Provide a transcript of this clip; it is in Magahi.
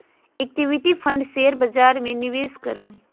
इक्विटी फंड शेयर बजार में निवेश करो हइ